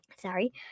sorry